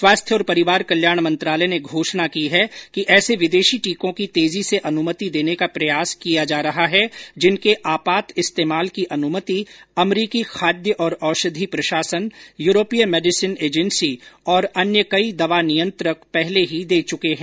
स्वास्थ्य और परिवार कल्याण मंत्रालय ने घोषणा की है कि ऐसे विदेशी टीकों की तेजी से अनुमति देने का प्रयास किया जा रहा है जिनके आपात इस्तेमाल की अनुमति अमरीकी खाद्य और औषधि प्रशासन यूरोपीय मेडिसिन एजेंसी और अन्य कई दवा नियंत्रक पहले ही दे चुके हैं